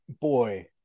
Boy